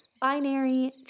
binary